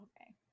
Okay